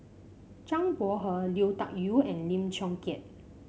Zhang Bohe Lui Tuck Yew and Lim Chong Keat